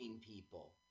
people